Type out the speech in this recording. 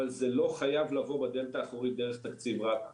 אבל זה לא חייב לבוא בדלת האחורית דרך תקציב רת"א.